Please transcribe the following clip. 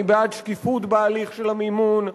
אני בעד שקיפות בהליך של המימון,